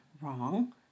wrong